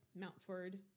Mountford